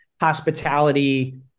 hospitality